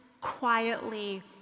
quietly